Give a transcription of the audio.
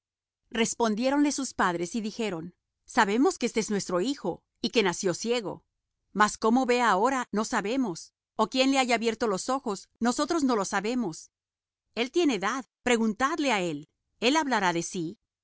ahora respondiéronles sus padres y dijeron sabemos que éste es nuestro hijo y que nació ciego mas cómo vea ahora no sabemos ó quién le haya abierto los ojos nosotros no lo sabemos él tiene edad preguntadle á él él hablará de sí